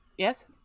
Yes